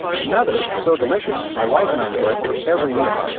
another is so delicious my wife and i enjoy it with every meal,